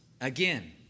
again